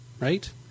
right